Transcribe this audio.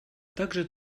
также